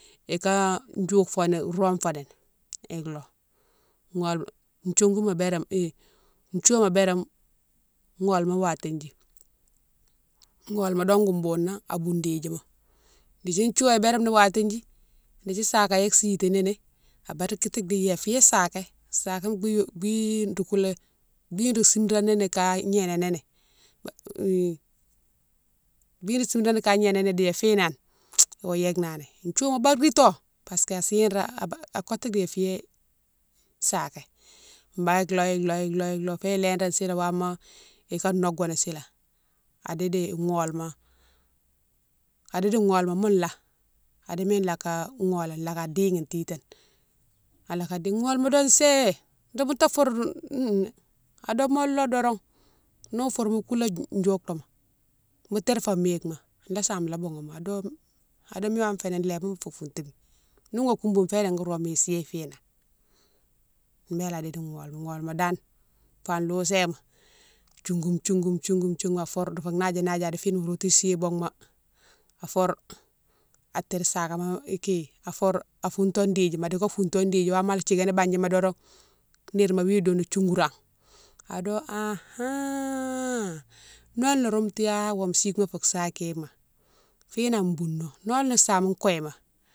Ika djoufoni rome fonini ilo gholma, thiougouma birane hi thiouwama birane gholma watédji, gholma dongou bouna abou dédjilma dékdi thiouwa bérane watédji, dékdi saké yé sitinini a badatiti ya fiyé saké, saké bi yo, bi nro koulé, bi nro simranini ka gnénanini bi nro simrani ka gnénani di ya finan, wo yike nani, thiouwouma barkito parce que a chiré, akotou di yé fiyé saké, banne ilo ilo olo ilo fo ilérane sini wama ika nocgoni sila adidi gholma, adidi gholma mo lo, adi mine laka gholane, noka dighine titane ala kadi, gholma do sé nro bouna foure ado mo lo doron nimo foure mo koulé djoutouma, mo terfo mikema ni same la boughoune mo ado, ado mine wamo féni lébou fo soutoumi, niwo koumbou ifé régui rome isiyé finan, bélé di golma, gholma dane fa lousignama thiougou thiougou thiougou thiougou a foure difo nadjé nadjé idi fine routou sih boughe ma afoure a tire sakama, hi afoure afoune to didjima dika founto didjima wama ala thikani bandjima doron nire ma wi dounou djougouran ado ha haaa nolé no roume tiyak wonsiguema fou sakéma finan bouno nolé same kouye ma.